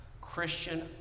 christian